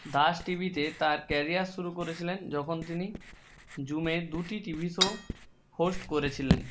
দাস টিভিতে তার ক্যারিয়ার শুরু করেছিলেন যখন তিনি জুমে দুটি টিভি শো হোস্ট করেছিলেন